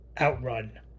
outrun